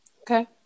okay